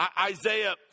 Isaiah